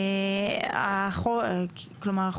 כלומר,